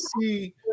see